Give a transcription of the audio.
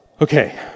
Okay